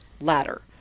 ladder